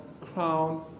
crown